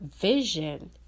vision